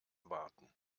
warten